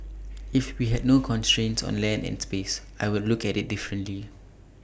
if we had no constraints on land and space I would look at IT differently